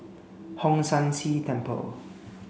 Hong San See Temple